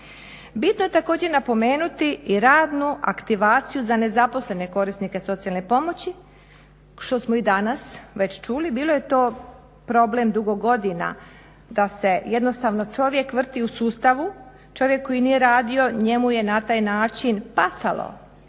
Bitno je također napomenuti i radnu aktivaciju za nezaposlene korisnike socijalne pomoći što smo i danas već čuli. Bio je to problem dugo godina da se jednostavno čovjek vrti u sustavu, čovjek koji nije radio njemu je na taj način pasalo